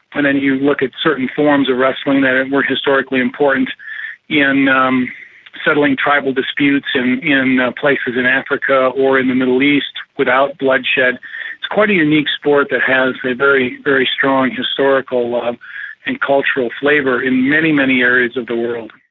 and then you look at certain forms of wrestling that were historically important in um settling tribal disputes in in places in africa or in the middle east without bloodshed. it's quite a unique sport that has a very, very strong historical um and cultural flavour in many, many areas of the world.